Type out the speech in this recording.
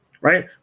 right